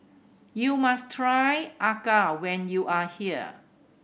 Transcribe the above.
you must try acar when you are here